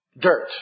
Dirt